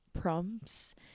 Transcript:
prompts